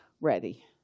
ready